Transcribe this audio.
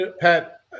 Pat